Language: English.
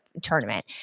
tournament